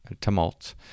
tumult